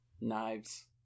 Knives